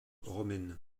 romaine